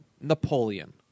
Napoleon